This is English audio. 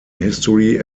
history